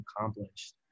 accomplished